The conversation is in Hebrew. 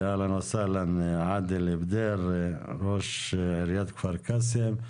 אהלן וסהלן, עאדל בדיר, ראש עיריית כפר קאסם.